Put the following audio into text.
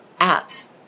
apps